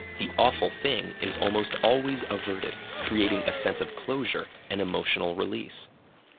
the awful thing is almost always averted, creating a sense of closure and emotional release.